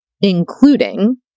including